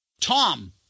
Tom